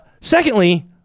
secondly